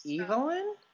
Evelyn